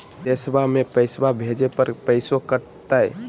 बिदेशवा मे पैसवा भेजे पर पैसों कट तय?